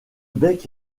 bec